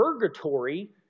purgatory